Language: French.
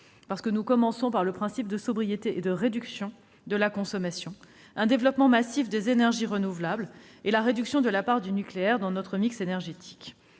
d'énergies- nous commençons par le principe de sobriété et de réduction de la consommation -, un développement massif des énergies renouvelables et la réduction de la part du nucléaire dans notre mix énergétique.